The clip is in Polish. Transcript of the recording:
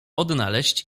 odnaleźć